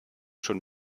schon